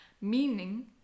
Meaning